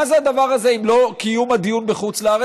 מה זה הדבר הזה, אם לא קיום הדיון בחוץ-לארץ?